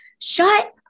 shut